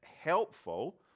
helpful